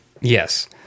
Yes